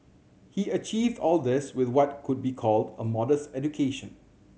he achieved all this with what could be called a modest education